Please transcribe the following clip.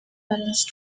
balance